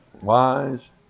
wise